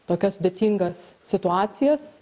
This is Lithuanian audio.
tokias sudėtingas situacijas